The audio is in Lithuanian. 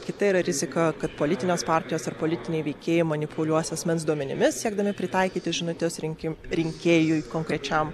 kita yra rizika kad politinės partijos ar politiniai veikėjai manipuliuos asmens duomenimis siekdami pritaikyti žinutes rinki rinkėjui konkrečiam